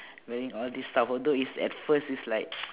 wearing all this d~ although is at first is like